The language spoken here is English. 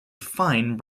fine